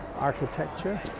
architecture